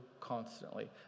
constantly